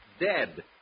Dead